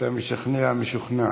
אתה משכנע משוכנע.